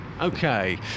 okay